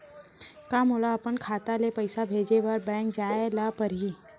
का मोला अपन खाता ले पइसा भेजे बर बैंक जाय ल परही?